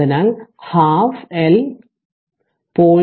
അതിനാൽ 12 എൽ 0